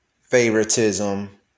favoritism